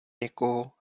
někoho